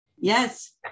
Yes